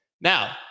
Now